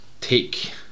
take